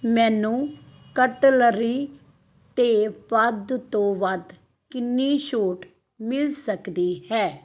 ਮੈਨੂੰ ਕਟਲਰੀ 'ਤੇ ਵੱਧ ਤੋਂ ਵੱਧ ਕਿੰਨੀ ਛੋਟ ਮਿਲ ਸਕਦੀ ਹੈ